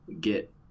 get